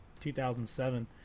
2007